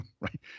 right